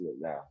now